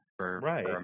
Right